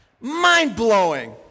Mind-blowing